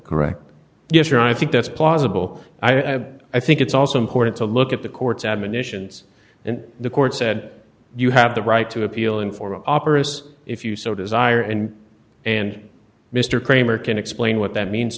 correct yes or i think that's plausible i have i think it's also important to look at the court's admonitions and the court said you have the right to appeal inform operates if you so desire and and mr kramer can explain what that means